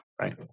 Right